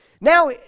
Now